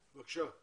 בבקשה,